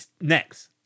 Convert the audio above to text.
next